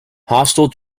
hostile